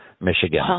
Michigan